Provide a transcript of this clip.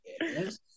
yes